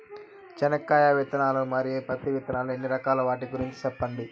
చెనక్కాయ విత్తనాలు, మరియు పత్తి విత్తనాలు ఎన్ని రకాలు వాటి గురించి సెప్పండి?